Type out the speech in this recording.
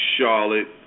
Charlotte